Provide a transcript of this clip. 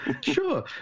Sure